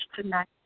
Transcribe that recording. tonight